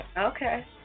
Okay